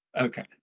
Okay